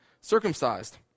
circumcised